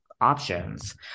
options